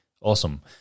awesome